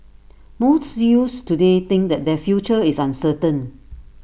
most youths today think that their future is uncertain